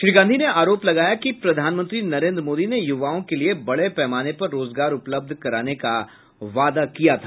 श्री गांधी ने आरोप लगाया कि प्रधानमंत्री नरेन्द्र मोदी ने युवाओं के लिए बड़े पैमाने पर रोजगार उपलब्ध कराने का वादा किया था